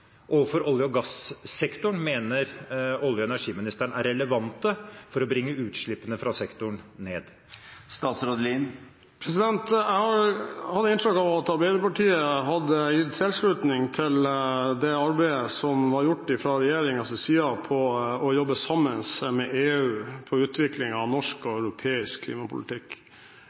for å bringe utslippene fra sektoren ned? Jeg hadde inntrykk av at Arbeiderpartiet hadde gitt sin tilslutning til det arbeidet som ble gjort fra regjeringens side med å jobbe sammen med EU når det gjelder utviklingen av norsk og